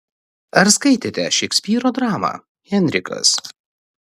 ar skaitėte šekspyro dramą henrikas